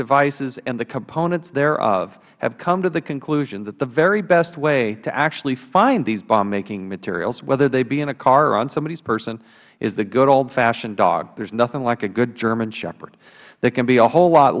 devices and the components thereof have come to the conclusion that the very best way to actually find these bomb making materials whether they be in a car or on somebody's person is the good old fashioned dog there is nothing like a good german shepherd they can be a whole lot